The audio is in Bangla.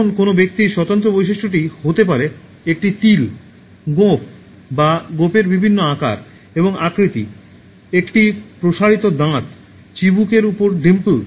এখন কোনও ব্যক্তির স্বতন্ত্র বৈশিষ্ট্যটি হতে পারে একটি তিল গোঁফ বা গোঁফের বিভিন্ন আকার এবং আকৃতি একটি প্রসারিত দাঁত চিবুকের উপর ডিম্পল